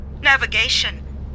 Navigation